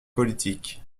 politique